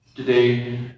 Today